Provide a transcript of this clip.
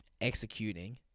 executing